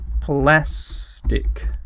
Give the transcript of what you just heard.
plastic